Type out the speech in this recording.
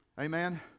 Amen